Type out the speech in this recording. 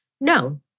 No